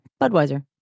Budweiser